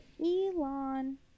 Elon